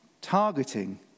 targeting